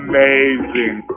Amazing